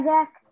Jack